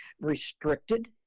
restricted